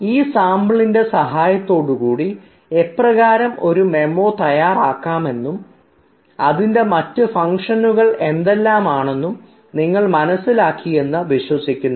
ഈ സാംപിളിന്റെ സഹായത്തോടുകൂടി എപ്രകാരം ഒരു മെമ്മോ തയ്യാറാകണമെന്നും അതിൻറെ മറ്റ് ഫംഗ്ഷനുകൾ എന്തെല്ലാമാണെന്നും നിങ്ങൾക്ക് മനസ്സിലായി എന്ന് വിശ്വസിക്കുന്നു